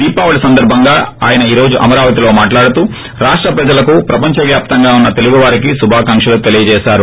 దీపావళి సందర్బంగా ఆయన ఈ రోజు అమరావతిలో మాట్లాడుతూ రాష్ట ప్రజలకు ప్రపంచవ్యాప్తంగా ఉన్న తెలుగువారికి శుభాకాంక్షలు తెలియజేశారు